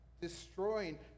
destroying